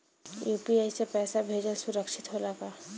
UPI से पैसा भेजल सुरक्षित होला का?